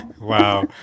Wow